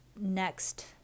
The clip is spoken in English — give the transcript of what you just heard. Next